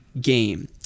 Game